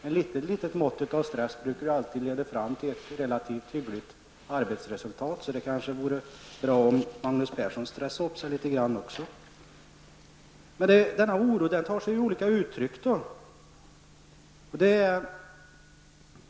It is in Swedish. Ett litet mått av stress brukar ju alltid leda fram till ett relativt hyggligt arbetsresultat. Det kanske skulle vara bra om även Magnus Persson stressade upp sig litet grand. Denna oro tar sig olika uttryck.